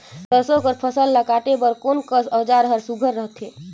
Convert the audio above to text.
सरसो कर फसल ला काटे बर कोन कस औजार हर सुघ्घर रथे?